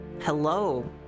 Hello